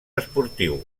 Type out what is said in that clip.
esportiu